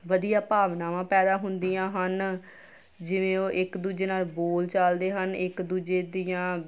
ਵਧੀਆ ਭਾਵਨਾਵਾਂ ਪੈਦਾ ਹੁੰਦੀਆਂ ਹਨ ਜਿਵੇਂ ਉਹ ਇੱਕ ਦੂਜੇ ਨਾਲ ਬੋਲ ਚਾਲਦੇ ਹਨ ਇੱਕ ਦੂਜੇ ਦੀਆਂ